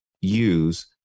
use